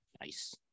Nice